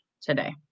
today